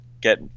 get